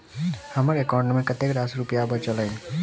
हम्मर एकाउंट मे कतेक रास रुपया बाचल अई?